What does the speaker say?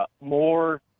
more